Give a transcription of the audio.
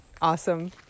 awesome